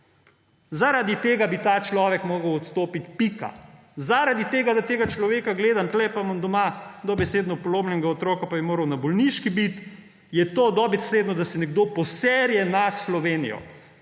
Zaradi tega bi ta človek moral odstopiti, pika. Zaradi tega. Da tega človeka gledam tukaj, pa imam doma dobesedno polomljenega otroka pa bi moral biti na bolniški, je to dobesedno, da se nekdo poserje na Slovenijo,